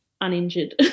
uninjured